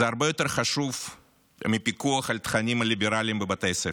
זה הרבה יותר חשוב מפיקוח על תכנים ליברליים בבתי ספר.